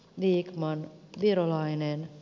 wiikman virolainen